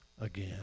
again